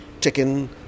chicken